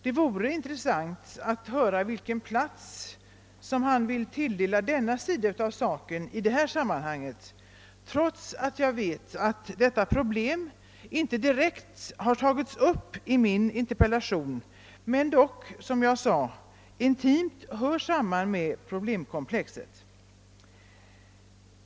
Det vore intressant att höra vilken plats han vill tilldela denna sak i detta sammanhang, trots att jag vet att detta problem inte direkt tagits upp i min interpellation men, som jag sade, dock intimt hör samman med probl!emkomplexet.